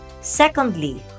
Secondly